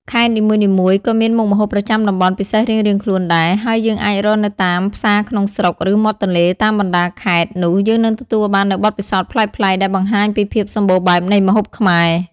ខេត្តនីមួយៗក៏មានមុខម្ហូបប្រចាំតំបន់ពិសេសរៀងៗខ្លួនដែរ ហើយយើងអាចរកនៅតាម ផ្សារក្នុងស្រុក ឬ មាត់ទន្លេ តាមបណ្ដាខេត្ត នោះយើងនឹងទទួលបាននូវបទពិសោធន៍ប្លែកៗ ដែលបង្ហាញពីភាពសម្បូរបែបនៃម្ហូបខ្មែរ ។